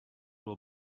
will